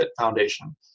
foundation